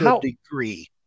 degree